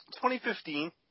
2015